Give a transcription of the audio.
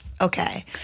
Okay